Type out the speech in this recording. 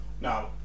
Now